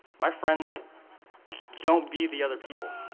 my friends don't be the other people.